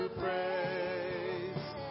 praise